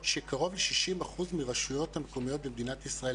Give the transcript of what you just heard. שקרוב ל-60% מהרשויות המקומיות במדינת ישראל,